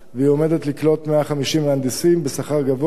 והיא עומדת לקלוט 150 מהנדסים בשכר גבוה.